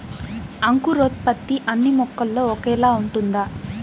అంకురోత్పత్తి అన్నీ మొక్కల్లో ఒకేలా ఉంటుందా?